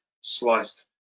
sliced